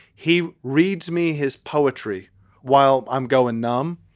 he reads me his poetry while i'm going numb.